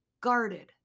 guarded